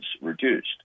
reduced